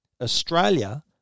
Australia